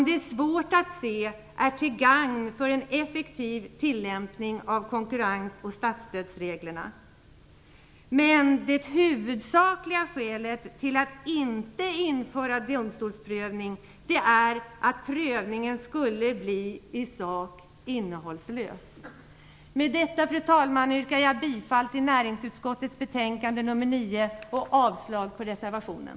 Det är svårt att se att det är till gagn för en effektiv tillämpning av konkurrens och statsstödsreglerna. Det huvudsakliga skälet till att inte införa domstolsprövning är att prövningen i sak skulle bli innehållslös. Fru talman! Med detta yrkar jag bifall till hemställan i näringsutskottets betänkande nr 9 och avslag på reservationen.